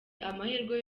amahirwe